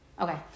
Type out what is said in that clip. Okay